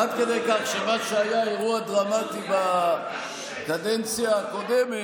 עד כדי כך שמה שהיה אירוע דרמטי בקדנציה הקודמת,